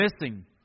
missing